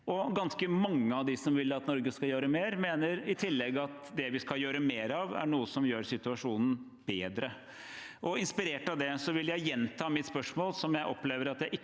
Ganske mange av dem som vil at Norge skal gjøre mer, mener i tillegg at det vi skal gjøre mer av, er noe som gjør situasjonen bedre. Inspirert av det vil jeg gjenta mitt spørsmål, som jeg opplever at jeg ikke